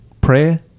prayer